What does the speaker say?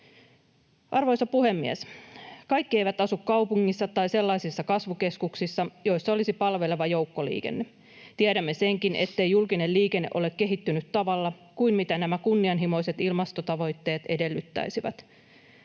Arvoisa puhemies! Kaikki eivät asu kaupungissa tai sellaisissa kasvukeskuksissa, joissa olisi palveleva joukkoliikenne. Tiedämme senkin, ettei julkinen liikenne ole kehittynyt tavalla, jota nämä kunnianhimoiset ilmastotavoitteet edellyttäisivät.